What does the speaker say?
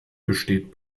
besteht